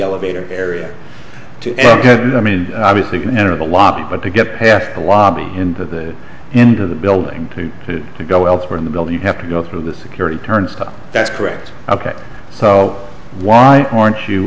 elevator area to i mean obviously you can enter the lobby but to get past the lobby into the into the building to to go elsewhere in the building you have to go through the security turnstiles that's correct ok so why aren't you